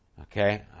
Okay